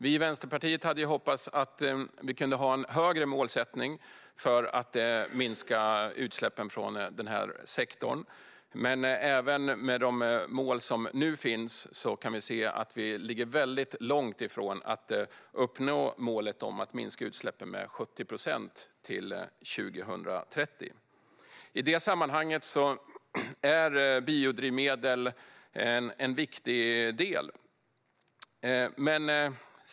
Vi i Vänsterpartiet hade hoppats att vi kunde ha en högre målsättning för att minska utsläppen från sektorn. Men även med de mål som nu finns kan vi se att vi ligger väldigt långt ifrån att uppnå målet att minska utsläppen med 70 procent till 2030. I det sammanhanget är biodrivmedel en viktig del.